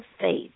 faith